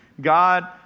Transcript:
God